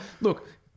Look